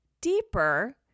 deeper